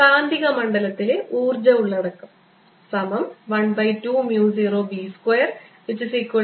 കാന്തിക മണ്ഡലത്തിലെ ഊർജ്ജ ഉള്ളടക്കം120B2120B02k